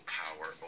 power